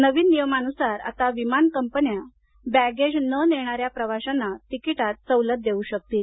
नवीन नियमानुसार आता विमान कंपन्या बॅगेज न नेणाऱ्या प्रवाशांना तिकीटात सवलत देऊ शकतील